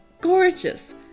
gorgeous